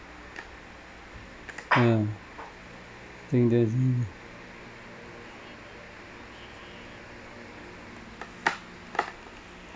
ah think that's mm